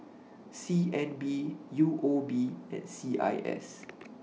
C N B U O B and C I S